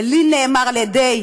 ולי נאמר על ידי